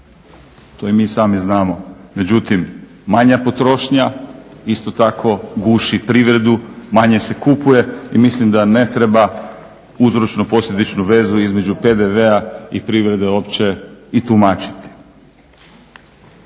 To i mi sami znamo. međutim manja potrošnja isto tako guši privredu, manje se kupuje i mislim da ne treba uzročno posljedičnu vezu između PDV-a i privrede uopće i tumačiti.